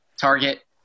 target